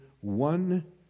one